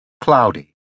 Cloudy